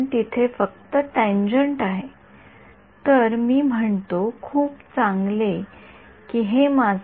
तर येथे हे मूळ चित्र आहे वर डावीकडे हे मूळ आहे ज्यात जवळजवळ ४६000 पिक्सल आहेत